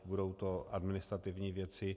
Budou to administrativní věci.